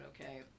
Okay